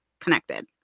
connected